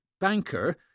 Banker